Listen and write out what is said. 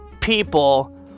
people